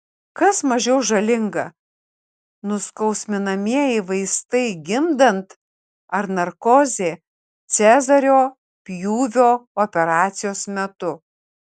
kas mažiau žalinga nuskausminamieji vaistai gimdant ar narkozė cezario pjūvio operacijos metu